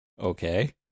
Okay